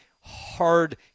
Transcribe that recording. hard